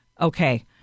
Okay